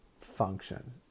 function